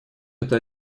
это